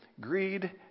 greed